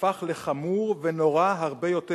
הפך לחמור ונורא הרבה יותר,